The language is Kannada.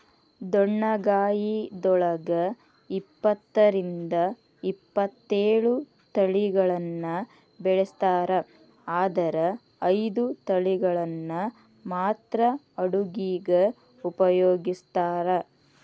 ಡೊಣ್ಣಗಾಯಿದೊಳಗ ಇಪ್ಪತ್ತರಿಂದ ಇಪ್ಪತ್ತೇಳು ತಳಿಗಳನ್ನ ಬೆಳಿಸ್ತಾರ ಆದರ ಐದು ತಳಿಗಳನ್ನ ಮಾತ್ರ ಅಡುಗಿಗ ಉಪಯೋಗಿಸ್ತ್ರಾರ